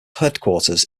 headquarters